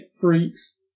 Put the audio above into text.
freaks